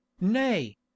Nay